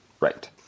right